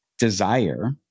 Desire